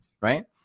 Right